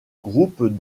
groupes